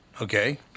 Okay